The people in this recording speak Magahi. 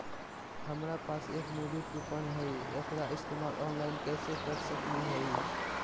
हमरा पास एक मूवी कूपन हई, एकरा इस्तेमाल ऑनलाइन कैसे कर सकली हई?